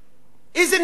איזה נזק זה.